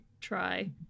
try